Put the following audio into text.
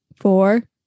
four